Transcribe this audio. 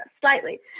slightly